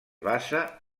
basa